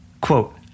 Quote